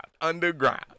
Underground